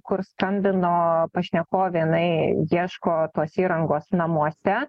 kur skambino pašnekovė jinai ieško tos įrangos namuose